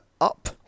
up